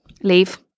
leave